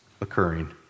occurring